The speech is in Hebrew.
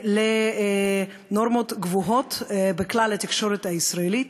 לנורמות גבוהות בכלל התקשורת הישראלית.